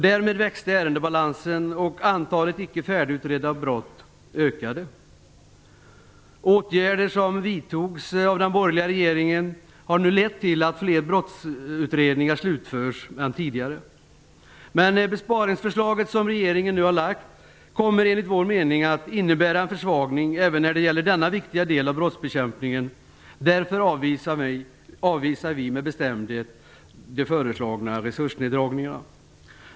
Därmed växte ärendebalansen, och antalet icke färdigutredda brott ökade. Åtgärder som vidtogs av den borgerliga regeringen har lett till att fler brottsutredningar nu slutförs än tidigare. Men det besparingsförslag som regeringen nu har lagt fram kommer att innebära en försvagning när det gäller denna viktiga del av brottsbekämpningen. Därför avvisar vi med bestämdhet de föreslagna resursneddragningarna.